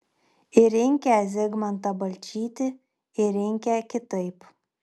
ir rinkę zigmantą balčytį ir rinkę kitaip